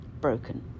broken